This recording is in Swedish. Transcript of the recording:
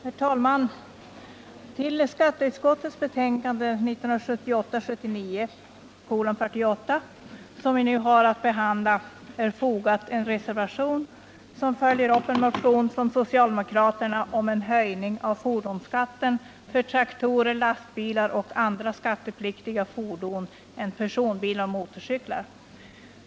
Herr talman! Till skatteutskottets betänkande 1978/79:48, som vi nu har att behandla, är fogad en reservation som följer upp en motion från socialdemokraterna om en höjning av fordonsskatten för traktorer, lastbilar och andra skattepliktiga fordon än personbilar och motorcyklar.